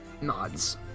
nods